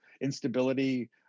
instability